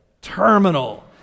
terminal